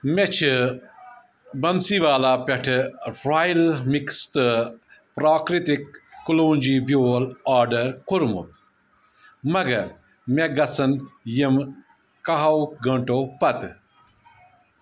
مےٚ چھِ بنسیٖوالا پیٹھ رایل مِکٕس تہٕ پرٛاکرٛتِک کٕلونٛجی بیول آرڈر کوٚرمُت مگر مےٚ گژھَن یِم کَہَو گٲنٛٹو پتہٕ